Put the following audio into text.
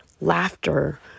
laughter